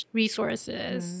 resources